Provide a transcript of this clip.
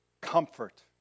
Comfort